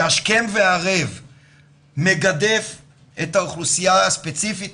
שהשכם וערב מגדף את האוכלוסייה הספציפית